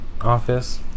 office